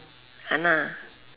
!hanna!